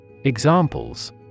Examples